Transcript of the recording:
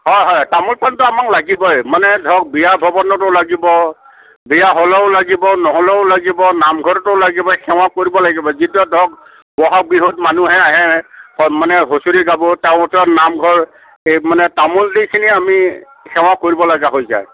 হয় হয় তামোল পাণতো আমাক লাগিবই মানে ধৰক বিয়া ভৱনতো লাগিব বিয়া হ'লেও লাগিব নহ'লেও লাগিব নামঘৰতো লাগিব সেৱা কৰিব লাগিব যেতিয়া ধৰক বহাগ বিহুত মানুহে আহে মানে হুঁচৰি গাব তাৰ ভিতৰত নামঘৰ এই মানে তামোল দি কিনি আমি সেৱা কৰিবলগীয়া হৈ যায়